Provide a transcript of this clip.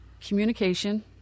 communication